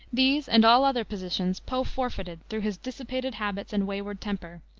these and all other positions poe forfeited through his dissipated habits and wayward temper,